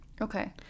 Okay